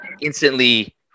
instantly